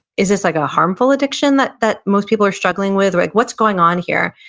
is this like a harmful addiction that that most people are struggling with? like what's going on here?